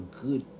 good